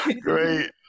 Great